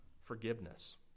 forgiveness